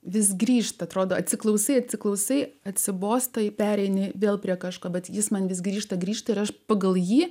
vis grįžta atrodo atsiklausai atsiklausai atsibosta pereini vėl prie kažko bet jis man vis grįžta grįžta ir aš pagal jį